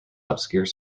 obscure